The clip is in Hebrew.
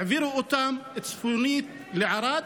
העבירו אותם צפונית לערד,